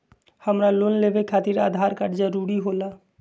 हमरा लोन लेवे खातिर आधार कार्ड जरूरी होला?